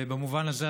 במובן הזה,